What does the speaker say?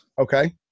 Okay